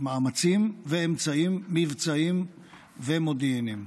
מאמצים ואמצעים מבצעיים ומודיעיניים.